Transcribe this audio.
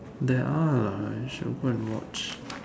there are you should go and watch